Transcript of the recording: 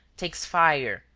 takes fire,